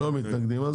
לא מתנגדים לזה.